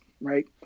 right